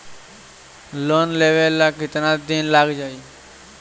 Loan लेबे ला कितना दिन लाग जाई?